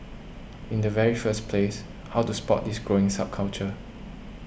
in the very first place how to spot this growing subculture